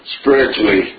spiritually